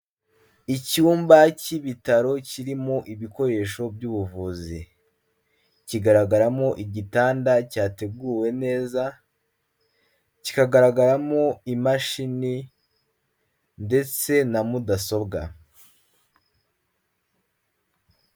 Icyumba cy'ibitaro kirimo ibikoresho by'ubuvuzi, kigaragaramo igitanda cyateguwe neza, kikagaragaramo imashini ndetse na mudasobwa.